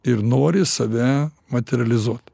ir nori save materializuot